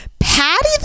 Patty